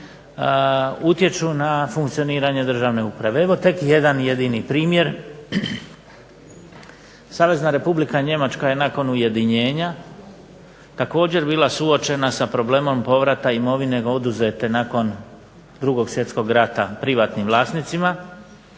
utječu na funkcioniranje državne uprave. Evo tek jedan jedini primjer. Savezna Republika Njemačka je nakon ujedinjenja također bila suočena sa povratom imovine oduzete nakon 2. svjetskog rata privatnim vlasnicima